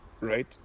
right